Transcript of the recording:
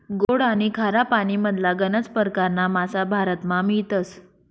गोड आनी खारा पानीमधला गनज परकारना मासा भारतमा मियतस